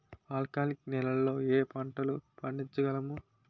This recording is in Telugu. ఆల్కాలిక్ నెలలో ఏ పంటలు పండించగలము?